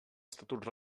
estatuts